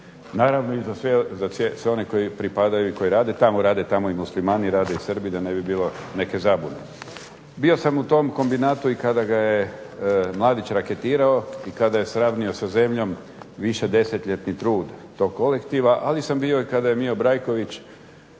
Naravno i za sve oni koji tamo rade i pripadaju, rade tamo i Muslimani i Srbi da ne bi bilo neke zabune. Bio sam u tom kombinatu i kada ga je Mladić raketirao i kada ga je sravnio sa zemljom višedesetljetni trud tog kolektiva, ali sam bio i kada je Mijo Brajković